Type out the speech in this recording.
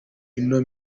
ino